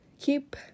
keep